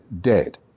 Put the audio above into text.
dead